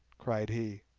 cried he.